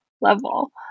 level